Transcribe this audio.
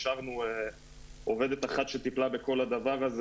השארנו עובדת אחת שטיפלה בכל הדבר הזה